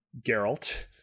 Geralt